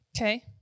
Okay